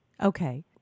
Okay